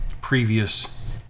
previous